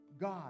God